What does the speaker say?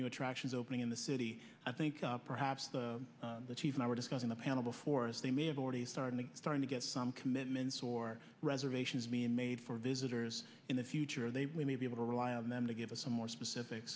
new attractions opening in the city i think perhaps the chief and i were discussing the panel before us they may have already started trying to get some commitments or reservations men made for visitors in the future they may be able to rely on them to give us some more specific